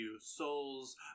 Souls